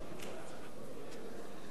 אדוני היושב-ראש,